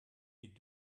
die